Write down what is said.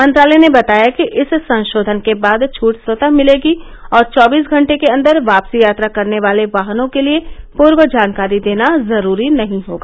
मंत्रालय ने बताया कि इस संशोधन के बाद छूट स्वत मिलेगी और चौबीस घंटे के अंदर वापसी यात्रा करने वाले वाहनों के लिये पूर्व जानकारी देना जरूरी नहीं होगा